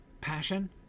passion